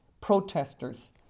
protesters